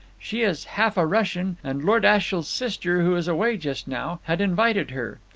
she is half a russian, and lord ashiel's sister, who is away just now, had invited her.